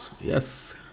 Yes